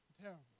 terrible